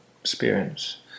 experience